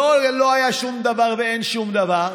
לא: לא היה שום דבר ואין שום דבר,